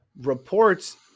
Reports